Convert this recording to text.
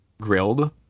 grilled